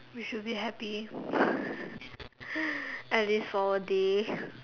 we should be happy at least for a day